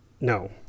No